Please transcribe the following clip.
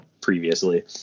previously